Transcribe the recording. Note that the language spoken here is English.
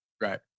Right